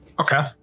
Okay